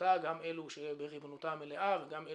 לאחריותה גם אלו שבריבונותה המלאה וגם אלו,